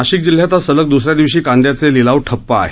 नाशिक जिल्ह्यात आज सलग द्रसऱ्या दिवशी कांद्याचे लिलाव ठप्प आहेत